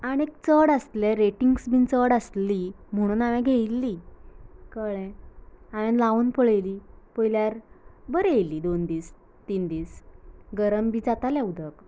आनी चड आसलें रेटिंग्स बीन चड आसली म्हणून हांवेन घेयल्ली कळ्ळें हांवे लावन पळयली पळयल्यार बरी येयली दोन दीस तीन दीस गरम बीन जातालें उदक